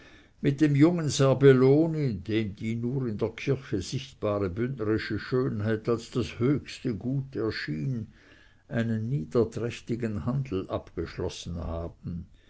mit dem jungen serbelloni dem die nur in der kirche sichtbare bündnerische schönheit als das höchste gut erschien einen niederträchtigen handel abgeschlossen haben